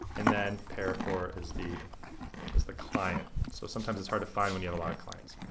and then paracore is the is the client. so sometimes it's hard to find when you have a lot of clients.